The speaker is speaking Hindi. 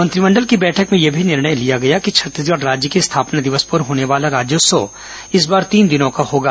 मंत्रिमंडल की बैठक में यह निर्णय भी लिया गया कि छत्तीसगढ़ राज्य की स्थापना दिवस पर होने वाला राज्योत्सव इस बार तीन दिनों का होगा